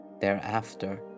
thereafter